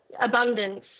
abundance